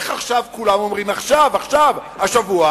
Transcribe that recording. איך עכשיו כולם אומרים, עכשיו, השבוע?